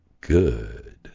good